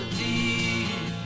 deep